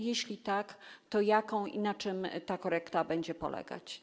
Jeśli tak, to jaką i na czym ta korekta będzie polegać?